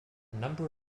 number